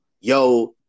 yo